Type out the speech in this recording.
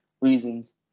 reasons